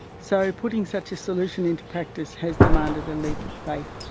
so putting such a solution into practice has demanded a leap of faith.